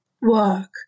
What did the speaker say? work